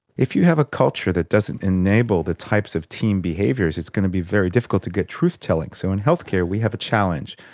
if you have a culture that doesn't enable the types of team behaviours it's going to be very difficult to get truth-telling. so in healthcare we have a challenge.